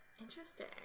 interesting